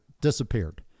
disappeared